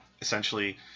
essentially